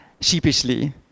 sheepishly